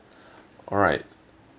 alright